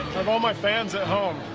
i've all my fans at home,